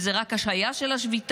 וזאת רק השהיה של השביתה,